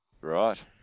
Right